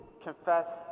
confess